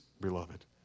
beloved